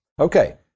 Okay